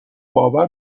باور